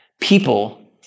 People